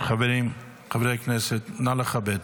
חברי הכנסת, נא לכבד.